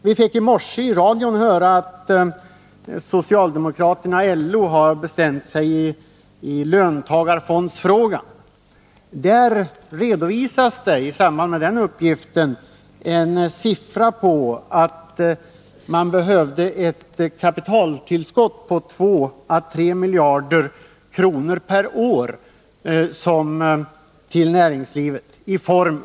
Vi fick i morse i radion höra att socialdemokraterna och LO har bestämt sig i löntagarfondsfrågan. I samband med den uppgiften redovisades att det till näringslivet per år behövs ett tillskott på 2 å 3 miljarder kronor i form av riskvilligt kapital.